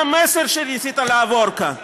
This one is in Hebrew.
מה המסר שניסית להעביר כאן?